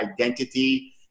identity